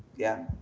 yeah.